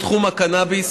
בתחום הקנאביס